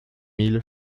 mille